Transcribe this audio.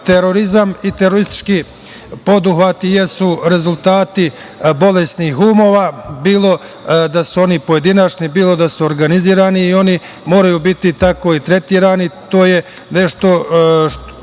celini. Terorizam i teroristički poduhvati jesu rezultati bolesnih umova, bilo da su oni pojedinačni, bilo da su organizovani i oni moraju biti tako i tretirani. To je nešto sa